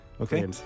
Okay